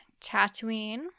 Tatooine